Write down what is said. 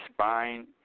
spine